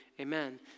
Amen